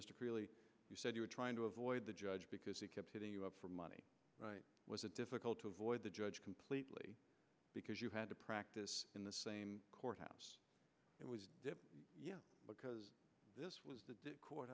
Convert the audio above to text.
question you said you were trying to avoid the judge because he kept hitting you up for money was it difficult to avoid the judge completely because you had to practice in the same courthouse it was because this was the court